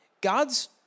God's